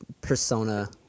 persona